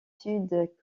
sud